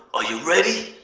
are you ready?